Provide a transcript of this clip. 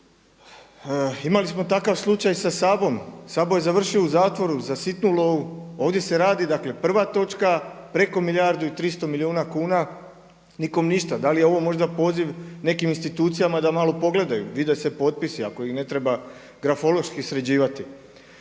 imali smo takav slučaj sa Sabom. Sabo je završio u zatvoru za sitnu lovu. Ovdje se radi prva točka preko milijardu i 300 milijuna kuna, nikom ništa. Da li je ovo možda poziv nekim institucijama da malo pogledaju, vide se potpisi ako ih ne treba grafološki sređivati.